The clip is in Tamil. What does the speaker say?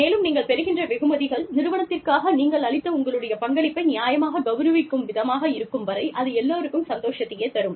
மேலும் நீங்கள் பெறுகின்ற வெகுமதிகள் நிறுவனத்திற்காக நீங்கள் அளித்த உங்களுடைய பங்களிப்பை நியாயமாகக் கௌரவிக்கும் விதமாக இருக்கும் வரை அது எல்லோருக்கும் சந்தோஷத்தையே தரும்